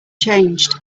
changed